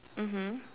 mmhmm